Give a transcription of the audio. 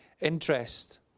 interest